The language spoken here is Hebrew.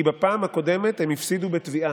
כי בפעם הקודמת הם הפסידו בתביעה,